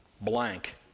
blank